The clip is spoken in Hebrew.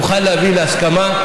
נוכל להביא להסכמה.